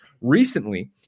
Recently